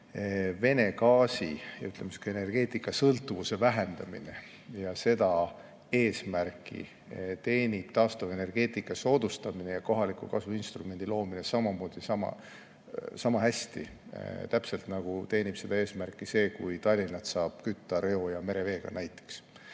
on ikkagi energeetika Vene gaasist sõltuvuse vähendamine. Seda eesmärki teenib taastuvenergeetika soodustamine ja kohaliku kasu instrumendi loomine samamoodi, niisama hästi, nagu teenib seda eesmärki see, kui Tallinna saab kütta reo‑ ja mereveega näiteks.